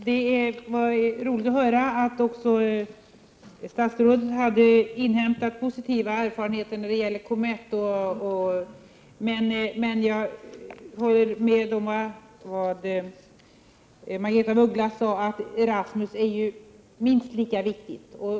Herr talman! Det var roligt att höra att också statsrådet hade inhämtat positiva erfarenheter när det gäller COMETT-programmet. Men jag håller med om det som Margaretha af Ugglas sade om att Erasmus-programmet är minst lika viktigt.